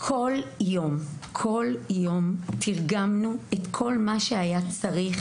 בכל יום תרגמנו את כל מה שהיה צריך